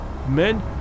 men